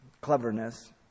cleverness